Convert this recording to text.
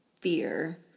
fear